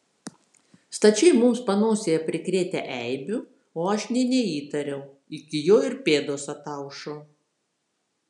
stačiai mums panosėje prikrėtę eibių o aš nė neįtariau iki jo ir pėdos ataušo